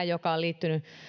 joka on liittynyt